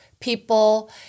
people